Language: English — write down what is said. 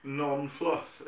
non-fluff